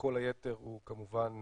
כל היתר הוא כמובן